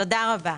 תודה רבה.